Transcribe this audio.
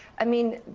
i mean,